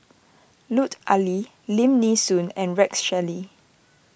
Lut Ali Lim Nee Soon and Rex Shelley